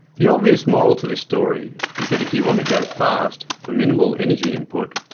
the obvious moral to this story is that if you want to go fast for minimal energy input,